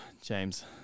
James